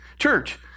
Church